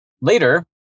Later